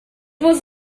was